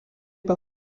par